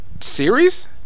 series